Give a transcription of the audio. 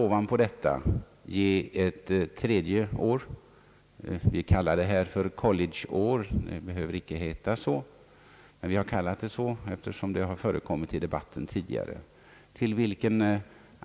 Ovanpå de två åren läggs ett tredje år som vi har kallat »collegeår», eftersom den beteckningen förekommit tidigare i debatten.